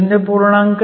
01 ND